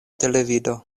televido